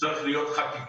צריכה להיות חקיקה.